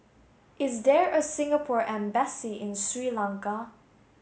is there a Singapore embassy in Sri Lanka